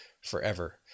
forever